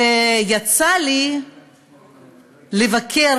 ויצא לי לבקר,